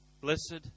blessed